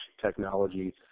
technology